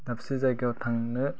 दाबसे जायगायाव थांनो